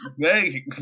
hey